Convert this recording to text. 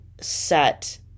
set